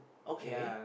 okay